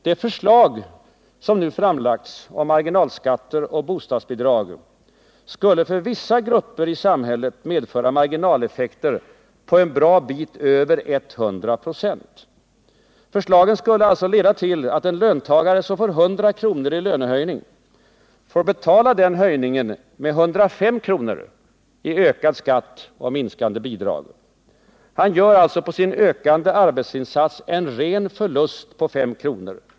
Det förslag de nu framlagt om marginalskatter och bostadsbidrag skulle för vissa grupper i samhället medföra marginaleffekter på en bra bit över 100 96. Förslagen skulle alltså leda till att en löntagare som får 100 kr. i lönehöjning får betala den höjningen med 105 kr. i ökad skatt och minskande bidrag. Han gör alltså på sin ökade arbetsinsats en ren förlust på 5 kr.